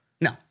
No